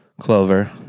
Clover